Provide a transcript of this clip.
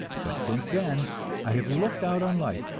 but since then i have looked out on life,